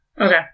Okay